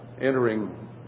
entering